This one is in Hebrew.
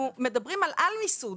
אנחנו מדברים על על-מיסוד.